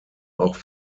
auch